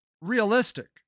realistic